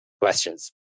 Questions